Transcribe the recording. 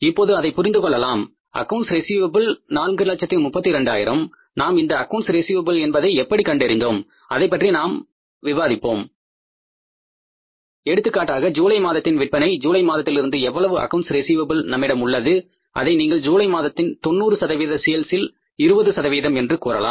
இப்போது அதை புரிந்து கொள்ளலாம் அக்கவுண்ட்ஸ் ரிஸீவப்பில் 432000 நாம் இந்த அக்கவுண்ட்ஸ் ரிஸீவப்பில் என்பதை எப்படி கண்டறிந்தோம் அதைப்பற்றி நான் விவாதிப்பேன் எடுத்துக்காட்டாக ஜூலை மாதத்தின் விற்பனை ஜூலை மாதத்திலிருந்து எவ்வளவு அக்கவுண்ட்ஸ் ரிஸீவப்பில் நம்மிடம் உள்ளது அதை நீங்கள் ஜூலை மாதத்தின் 90 சேல்ஸில் 20 என்று கூறலாம்